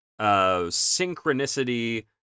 synchronicity